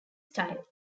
style